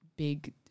big